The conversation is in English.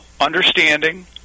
understanding